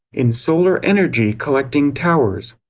in solar energy collecting towers.